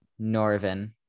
Norvin